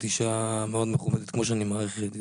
כמו שאני מעריך את עידן,